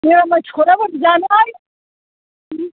मिरामिसखौलाय मारै जानो हाय